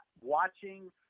watching